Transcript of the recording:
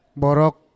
borok